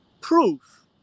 proof